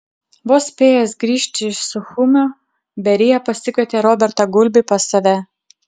vos spėjęs grįžti iš suchumio berija pasikvietė robertą gulbį pas save